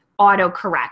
autocorrect